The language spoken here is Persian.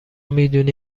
میدونی